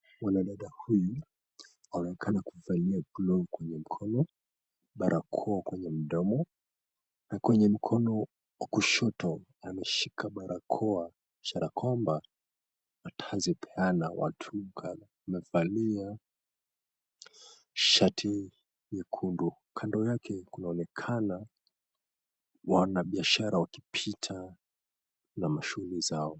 Mwanadada huyu anaonekana kuvalia glovu kwenye mkono, barakoa kwenye mdomo. Na kwenye mkono wa kushoto, ameshika barakoa, ishara kwamba atazipeana watu kadhaa. Amevamia shati nyekundu, kando yake kunaonekana wanabiashara wakipita na mashughuli zao.